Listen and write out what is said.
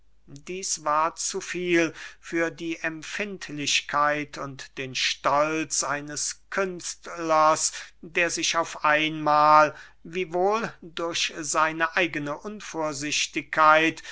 dieß war zu viel für die empfindlichkeit und den stolz eines künstlers der sich auf einmahl wiewohl durch seine eigene unvorsichtigkeit